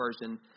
version